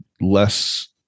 less